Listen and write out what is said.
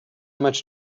much